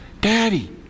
Daddy